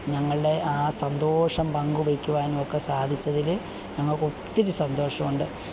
ഞങ്ങളുടെ ആ സന്തോഷം പങ്കുവയ്ക്കുവാനുമൊക്കെ സാധിച്ചതില് ഞങ്ങള്ക്കൊത്തിരി സന്തോഷമുണ്ട്